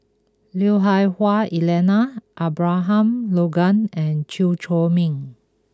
Lui Hah Wah Elena Abraham Logan and Chew Chor Meng